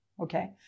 Okay